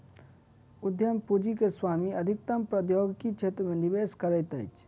उद्यम पूंजी के स्वामी अधिकतम प्रौद्योगिकी क्षेत्र मे निवेश करैत अछि